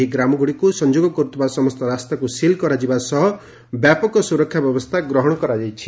ଏହି ଗ୍ରାମଗୁଡ଼ିକୁ ସଂଯୋଗ କରୁଥିବା ସମସ୍ତ ରାସ୍ତାକୁ ସିଲ୍ କରାଯିବା ସହ ବ୍ୟାପକ ସୁରକ୍ଷା ବ୍ୟବସ୍କା ଗ୍ରହଣ କରାଯାଇଛି